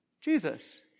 Jesus